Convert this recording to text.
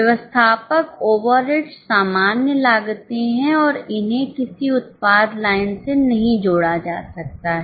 व्यवस्थापक ओवरहेड्स सामान्य लागते हैं और इन्हें किसी उत्पाद लाइन से नहीं जोड़ा जा सकता है